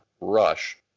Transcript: rush